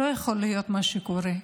לא יכול להיות מה שקורה.